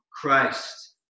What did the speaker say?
Christ